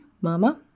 mama